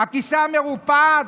הכיסא מרופד?